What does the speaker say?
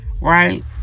Right